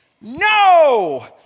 No